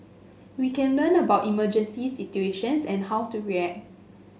we can learn about emergency situations and how to react